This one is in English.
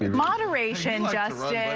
moderation, justin.